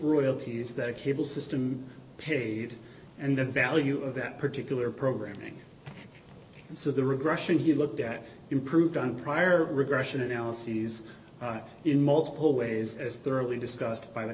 royalties that a cable system paid and the value of that particular programming so the regression he looked at improved on prior regression analyses in multiple ways as thoroughly discussed by the